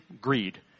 greed